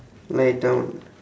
lie down